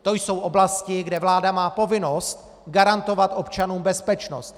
To jsou oblasti, kde vláda má povinnost garantovat občanům bezpečnost.